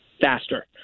faster